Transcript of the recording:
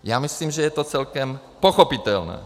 Já myslím, že je to celkem pochopitelné.